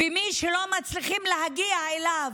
ומי שלא מצליחים להגיע אליו,